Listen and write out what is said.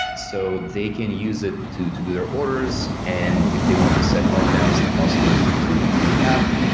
so they can use it to to do their orders, and if they want to set markdowns, they can also do it through through the app.